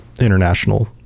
international